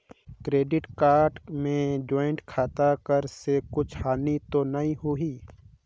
Credit card मे joint खाता कर से कुछ हानि तो नइ होही?